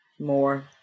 more